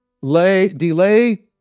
Delay